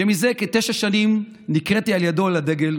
שלפני כתשע שנים נקראתי על ידו לדגל